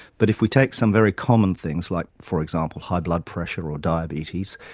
but if we take some very common things like, for example, high blood pressure or diabetes,